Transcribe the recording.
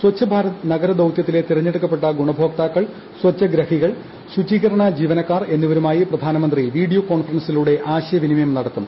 സച്ഛ് ഭൂാരത് നഗരദൌത്യത്തിലെ തിരഞ്ഞെടുക്കപ്പെട്ട ഗുണഭോക്താക്കൾ സ്പ്തഗ്രഹികൾ ശുചീ കരണജീവനക്കാർ എന്നിവരുമായ്ടി പ്രധാനമന്ത്രി വീഡിയോ കോൺഫറൻസിലൂടെ ആശയവിനിമ്യാ് നടത്തും